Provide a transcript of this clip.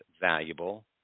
valuable